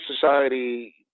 society